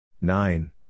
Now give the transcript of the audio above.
Nine